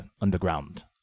underground